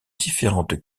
différentes